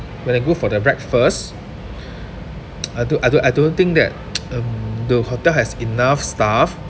when I go for the breakfast I don't I don't I don't think that um the hotel has enough staff